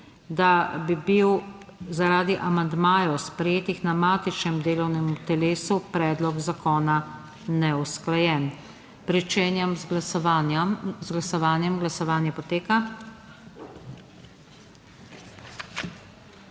da bi bil zaradi amandmajev sprejetih na matičnem delovnem telesu predlog zakona neusklajen. Pričenjam z glasovanjem, z glasovanjem,